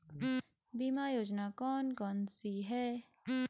बीमा योजना कौन कौनसी हैं?